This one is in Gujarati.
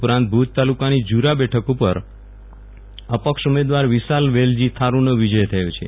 ઉપરાંત ભુજ તાલુકાની ઝુરા બેઠક ઉપર અપક્ષ ઉમેદવાર વિશાલ વેલજી થારૂનો વિજય થયો છે